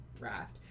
raft